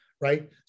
right